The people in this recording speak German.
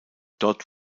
dort